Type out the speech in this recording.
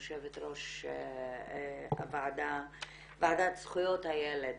יושבת-ראש הוועדה המיוחדת לזכויות הילד,